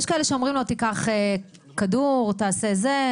יש כאלה שאומרים לו 'תיקח כדור' או תעשה זה,